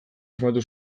asmatu